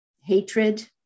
hatred